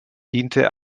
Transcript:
diente